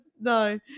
no